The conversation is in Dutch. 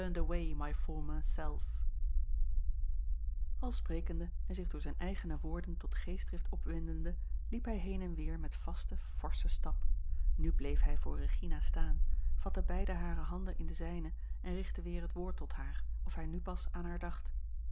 al sprekende en zich door zijne eigene woorden tot geestdrift opwindende liep hij heen en weer met vasten forschen stap nu bleef hij voor regina staan vatte beide hare handen in de zijne en richtte weer het woord tot haar of hij nu pas aan